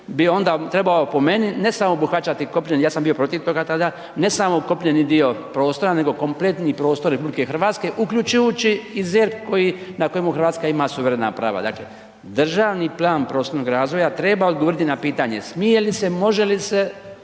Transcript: bi onda trebao po meni ne samo obuhvaćati kopneni, ja sam bio protiv toga tada, ne samo kopneni dio prostora nego kompletni prostor RH uključujući i ZERP na kojemu Hrvatska ima suverena prava. Dakle, državni plan prostornog razvoja treba odgovoriti na pitanje, smije li se, može li se,